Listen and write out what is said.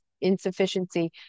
insufficiency